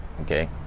okay